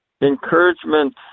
encouragement